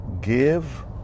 Give